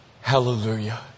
Hallelujah